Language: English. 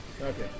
Okay